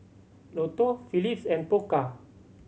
Lotto Phillips and Pokka